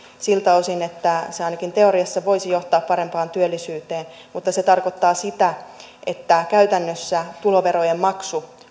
siltä osin että se ainakin teoriassa voisi johtaa parempaan työllisyyteen mutta se tarkoittaa sitä että käytännössä tuloverojen maksu